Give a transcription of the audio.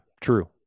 true